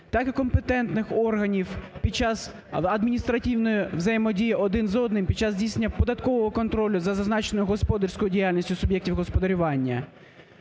так і компетентних органів під час адміністративної взаємодії один з одним, під час здійснення податкового контролю за зазначеною господарською діяльністю суб'єктів господарювання.